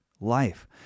life